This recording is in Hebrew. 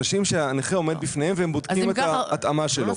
אנשים שהנכה עומד בפניכם והם בודקים את ההתאמה שלו.